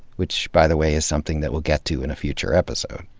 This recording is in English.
which by the way is something that we'll get to in a future episode.